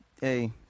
hey